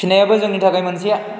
फिनायाबो जोंनि थाखाय मोनसे